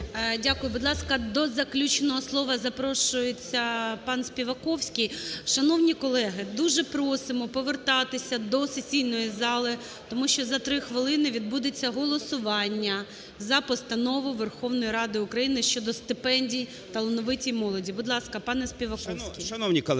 Дякую. Будь ласка, до заключного слова запрошується панСпіваковський. Шановні колеги, дуже просимо повертатися до сесійної зали, тому що за три хвилини відбудеться голосування за Постанову Верховної Ради України щодо стипендій талановитій молоді. Будь ласка, пан Співаковський.